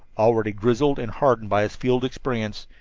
already grizzled and hardened by his field experience.